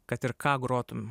kad ir ką grotum